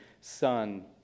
Son